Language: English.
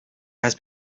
has